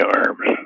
arms